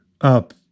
up